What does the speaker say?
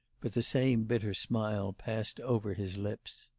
but the same bitter smile passed over his lips.